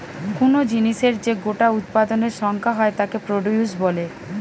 কুনো জিনিসের যে গোটা উৎপাদনের সংখ্যা হয় তাকে প্রডিউস বলে